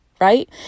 Right